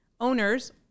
owners